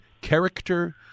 character